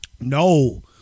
No